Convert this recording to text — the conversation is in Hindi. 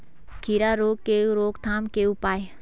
खीरा रोग के रोकथाम के उपाय?